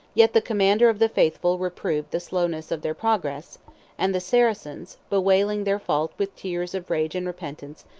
yet the commander of the faithful reproved the slowness of their progress and the saracens, bewailing their fault with tears of rage and repentance,